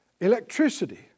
electricity